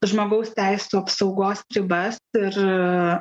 žmogaus teisių apsaugos ribas ir